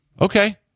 Okay